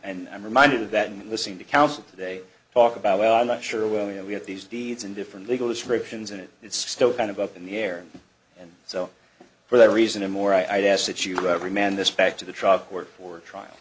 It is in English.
and i'm reminded of that and listening to counsel today talk about well i'm not sure well you know we have these deeds and different legal descriptions and it is still kind of up in the air and so for that reason a more i'd ask that you have remand this back to the truck work for a trial